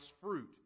fruit